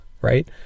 right